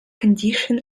condition